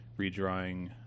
redrawing